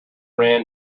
ran